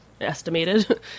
estimated